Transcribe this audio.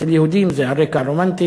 אצל יהודים זה על רקע רומנטי,